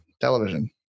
television